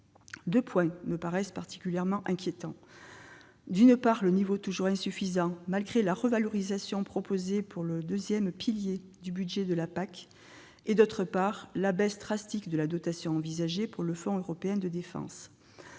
Deux points me paraissent particulièrement inquiétants : d'une part, le niveau toujours insuffisant, malgré la revalorisation proposée pour le deuxième pilier, du budget de la PAC ; d'autre part, la baisse drastique envisagée de la dotation pour le Fonds européen de la défense.